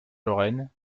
lorraine